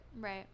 Right